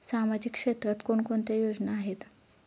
सामाजिक क्षेत्रात कोणकोणत्या योजना आहेत?